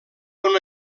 una